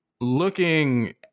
looking